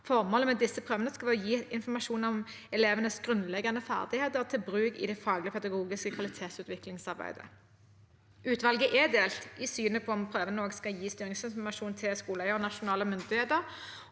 Formålet med disse prøvene skal være å gi informasjon om elevenes grunnleggende ferdigheter, til bruk i det faglige og pedagogiske kvalitetsutviklingsarbeidet. Utvalget er delt i synet på om prøvene også skal gi styringsinformasjon til skoleeier og nasjonale myndigheter.